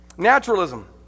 Naturalism